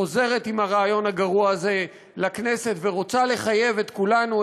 חוזרת עם הרעיון הגרוע הזה לכנסת ורוצה לחייב את כולנו,